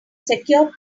secure